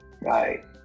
Right